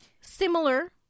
similar